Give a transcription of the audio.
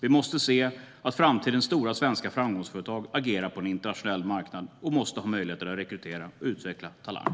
Vi måste se till att framtidens stora svenska framgångsföretag kan agera på en internationell marknad och ha möjlighet att rekrytera och utveckla talang.